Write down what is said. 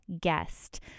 guest